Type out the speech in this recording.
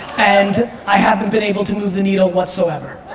and i haven't been able to move the needle whatsoever.